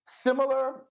Similar